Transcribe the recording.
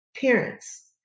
parents